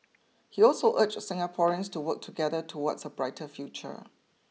he also urged Singaporeans to work together towards a brighter future